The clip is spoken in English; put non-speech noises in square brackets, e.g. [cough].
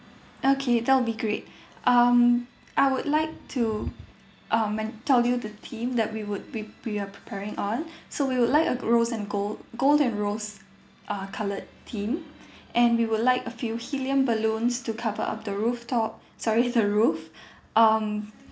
okay that'll be great um I would like to um men~ tell you the theme that we would be we were preparing on so we would like a rose and gold gold and rose uh colored theme and we would like a few helium balloons to cover up the rooftop sorry [laughs] the roof um